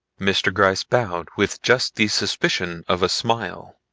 mr. gryce bowed with just the suspicion of a smile.